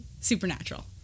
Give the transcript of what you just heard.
Supernatural